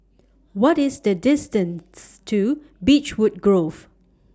What IS The distance to Beechwood Grove